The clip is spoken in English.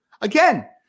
Again